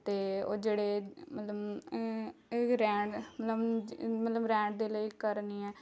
ਅਤੇ ਉਹ ਜਿਹੜੇ ਮਤਲਬ ਰਹਿਣ ਮਤਲਬ ਮਤਲਬ ਰਹਿਣ ਦੇ ਲਈ ਘਰ ਨਹੀਂ ਹੈ